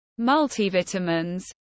multivitamins